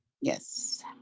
Yes